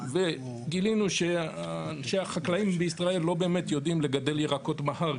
וגילינו שאנשי החקלאות בישראל לא באמת יודעים לגדל ירקות בהר,